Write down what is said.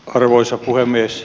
arvoisa puhemies